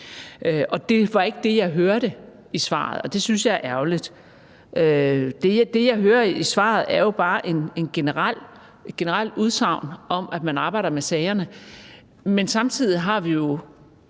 det var ikke det, jeg hørte i svaret, og det synes jeg er ærgerligt. Det, jeg hører i svaret, er jo bare et generelt udsagn om, at man arbejder med sagerne. Men samtidig har vi jo